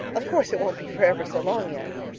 of course, it won't be for ever so long yet,